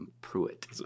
Pruitt